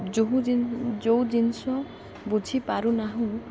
ଯେଉଁ ଯେଉଁ ଜିନିଷ ବୁଝିପାରୁନାହୁଁ